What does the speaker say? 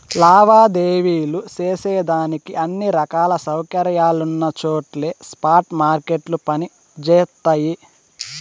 లావాదేవీలు సేసేదానికి అన్ని రకాల సౌకర్యాలున్నచోట్నే స్పాట్ మార్కెట్లు పని జేస్తయి